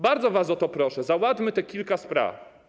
Bardzo was o to proszę, załatwmy tych kilka spraw.